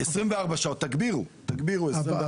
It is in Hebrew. תגבירו ל-24 שעות.